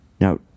Now